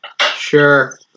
Sure